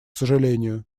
сожалению